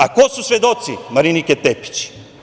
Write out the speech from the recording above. A ko su svedoci Marinike Tepić?